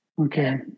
Okay